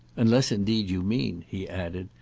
unless indeed you mean, he added,